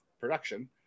production